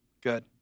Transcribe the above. Good